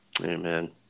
amen